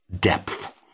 Depth